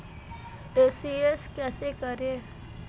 ECS कैसे करें?